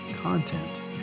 content